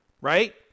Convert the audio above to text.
right